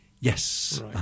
Yes